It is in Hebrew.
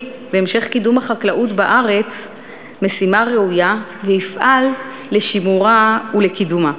והמשך קידום החקלאות בארץ משימה ראויה ויפעל לשימורה ולקידומה.